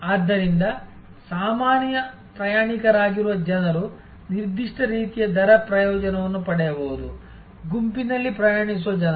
ಆದ್ದರಿಂದ ಸಾಮಾನ್ಯ ಪ್ರಯಾಣಿಕರಾಗಿರುವ ಜನರು ನಿರ್ದಿಷ್ಟ ರೀತಿಯ ದರ ಪ್ರಯೋಜನವನ್ನು ಪಡೆಯಬಹುದು ಗುಂಪಿನಲ್ಲಿ ಪ್ರಯಾಣಿಸುವ ಜನರು